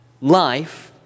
life